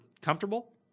comfortable